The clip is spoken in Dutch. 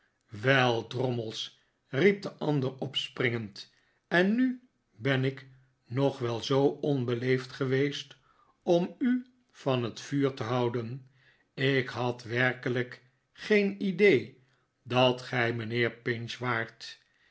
wel drommels riep de ander opspringend en nu ben ik nog wel zoo onbeleefd geweest om u van het vuur te houden ik had werkelijk geen idee dat gij mijnheer pinch waart